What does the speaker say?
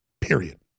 Period